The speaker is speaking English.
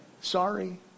Sorry